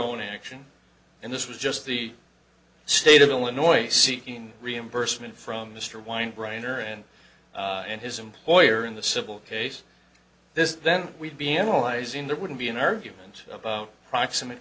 own action and this was just the state of illinois seeking reimbursement from mr wind reiner and in his employer in the civil case this then we'd be analyzing there wouldn't be an argument about proximate